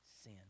sin